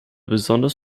besonders